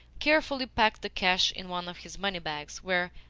carefully packed the cash in one of his money bags, where,